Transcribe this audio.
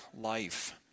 life